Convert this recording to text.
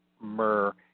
myrrh